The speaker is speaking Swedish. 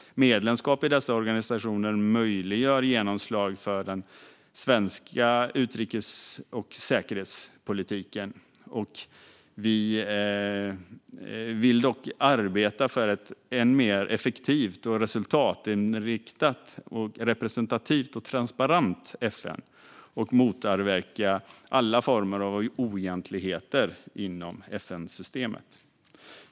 Medlemskap i dessa organisationer möjliggör genomslag för den svenska utrikes och säkerhetspolitiken. Vi vill dock arbeta för ett än mer effektivt, resultatorienterat, representativt och transparent FN och för att motverka alla former av oegentligheter inom FN-systemet.